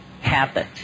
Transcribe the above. habit